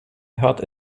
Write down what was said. hört